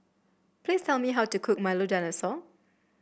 please tell me how to cook Milo Dinosaur